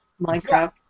Minecraft